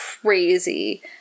crazy